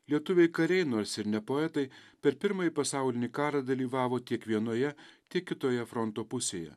lietuviai kariai nors ir ne poetai per pirmąjį pasaulinį karą dalyvavo tiek vienoje tiek kitoje fronto pusėje